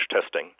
testing